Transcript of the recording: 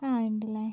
ആ ഉണ്ടല്ലേ